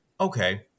okay